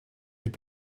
mit